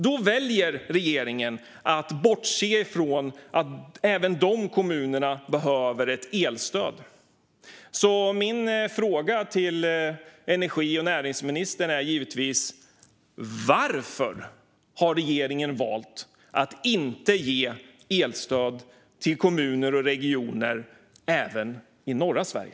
Då väljer regeringen att bortse från att även de kommunerna behöver elstöd. Min fråga till energi och näringsministern är givetvis: Varför har regeringen valt att inte ge elstöd till kommuner och regioner även i norra Sverige?